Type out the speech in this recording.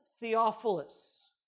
Theophilus